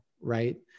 right